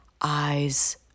eyes